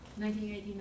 1989